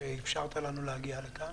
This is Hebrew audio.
שאפשרת לנו להגיע לכאן.